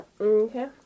Okay